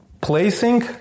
placing